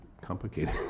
complicated